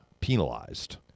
penalized